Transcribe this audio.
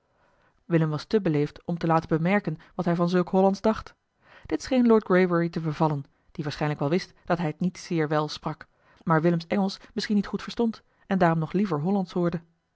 willem was te beleefd om te laten bemerken wat hij van zulk hollandsch dacht dit scheen lord greybury te bevallen die waarschijnlijk wel wist dat hij het niet zeer wel sprak maar willems engelsch misschien niet goed verstond en daarom nog liever hollandsch hoorde